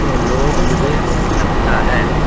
وہ لوگ مجھے لگتا ہے